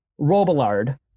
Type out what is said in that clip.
Robillard